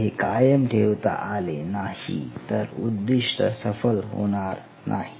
जर हे कायम ठेवता आले नाही तर उद्दिष्ट सफल होणार नाही